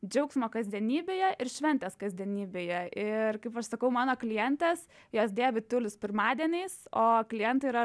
džiaugsmo kasdienybėje ir šventės kasdienybėje ir kaip aš sakau mano klientės jos dėvi tiulius pirmadieniais o klientai yra